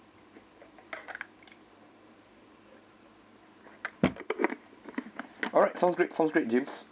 alright sounds great sounds great james